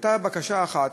הייתה בקשה אחת,